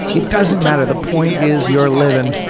it doesn't matter. the point is you're living.